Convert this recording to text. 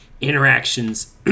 interactions